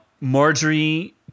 marjorie